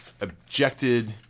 objected